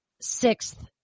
sixth